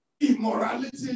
Immorality